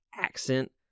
accent